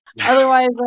Otherwise